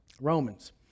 Romans